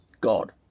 God